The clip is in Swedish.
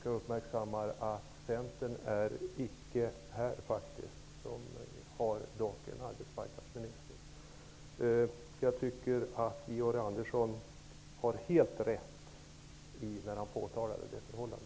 Jag uppmärksammar faktiskt att ingen från Centern är här; centern har ändå en arbetsmarknadsminister. Georg Andersson har helt rätt när han påtalar detta förhållande.